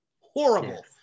Horrible